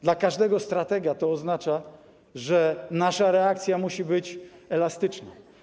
Dla każdego stratega to oznacza, że nasza reakcja musi być elastyczna.